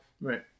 Right